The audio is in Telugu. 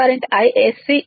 దీనికి 230 వోల్ట్ 6